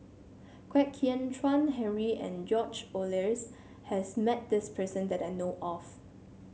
Kwek Hian Chuan Henry and George Oehlers has met this person that I know of